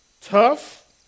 Tough